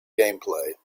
gameplay